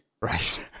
Right